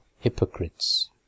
hypocrites